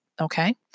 okay